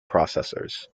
processors